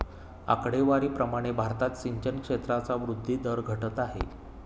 आकडेवारी प्रमाणे भारतात सिंचन क्षेत्राचा वृद्धी दर घटत आहे